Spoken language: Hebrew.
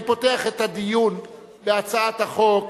אני פותח את הדיון בהצעת החוק,